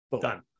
Done